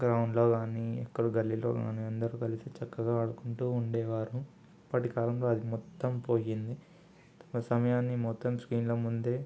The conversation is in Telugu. గ్రౌండ్లో కానీ ఎక్కడో గల్లీలో కానీ అందరు కలిసి చక్కగా ఆడుకుంటు ఉండేవారు ఇప్పటి కాలంలో అది మొత్తం పోయింది తమ సమయాన్ని మొత్తం స్క్రీన్ల ముందే